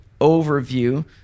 overview